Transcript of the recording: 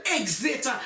exit